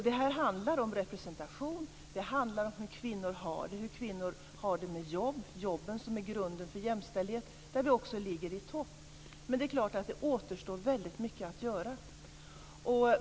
Det handlar om representation och om hur kvinnor har det med jobben, som är grunden för jämställdhet, och där ligger vi i topp. Men det är klart att det återstår väldigt mycket att göra.